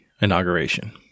inauguration